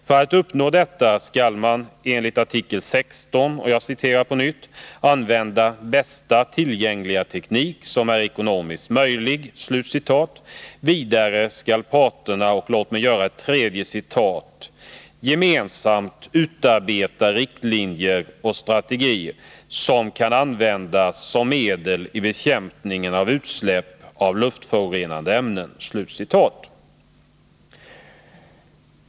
För att uppnå detta skall man enligt artikel 6 ”använda bästa tillgängliga teknik, som är ekonomisk möjlig”. Vidare skall parterna ”gemensamt utarbeta riktlinjer och strategier som kan användas som medel i bekämpningen av utsläpp av luftförorenande ämnen”.